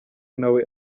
nawe